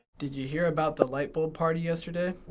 did you hear about the light bulb party yesterday?